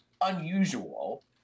unusual